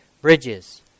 bridges